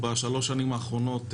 כי אלה הנהלים בשב"ס.